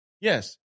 yes